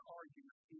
argument